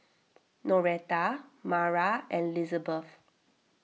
Noreta Mara and Lizabeth